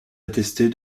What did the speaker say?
attestée